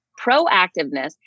proactiveness